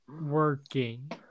working